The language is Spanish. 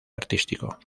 artístico